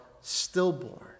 stillborn